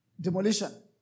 demolition